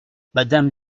madame